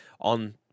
on